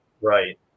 Right